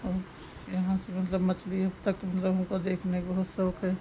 और यहाँ से मतलब मछली तक मतलब हमको देखने के बहुत शौक है